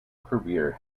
career